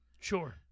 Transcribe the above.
Sure